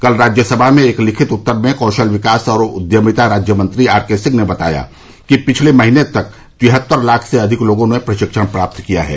कल राज्यसभा में एक लिखित उत्तर में कौशल विकास और उद्यमिता राज्य मंत्री आर के सिंह ने बताया कि पिछले महीने तक तिहत्तर लाख से अधिक लोगों ने प्रशिक्षण प्राप्त किया है